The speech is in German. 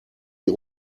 die